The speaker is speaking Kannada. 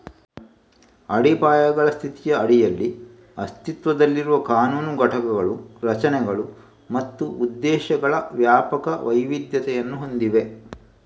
ಅಡಿಪಾಯಗಳ ಸ್ಥಿತಿಯ ಅಡಿಯಲ್ಲಿ ಅಸ್ತಿತ್ವದಲ್ಲಿರುವ ಕಾನೂನು ಘಟಕಗಳು ರಚನೆಗಳು ಮತ್ತು ಉದ್ದೇಶಗಳ ವ್ಯಾಪಕ ವೈವಿಧ್ಯತೆಯನ್ನು ಹೊಂದಿವೆ